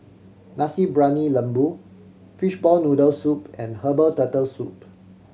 Nasi Briyani Lembu fishball noodle soup and herbal Turtle Soup